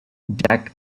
jack